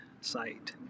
site